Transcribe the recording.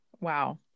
Wow